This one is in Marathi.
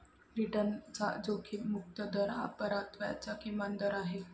रिटर्नचा जोखीम मुक्त दर हा परताव्याचा किमान दर आहे